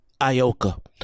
Ioka